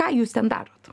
ką jūs ten darot